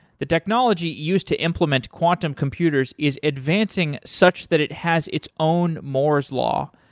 the technology used to implement quantum computers is advancing such that it has its own moore's law,